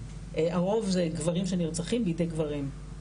הרוב זה גברים שנרצחים בידי גברים.